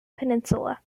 peninsula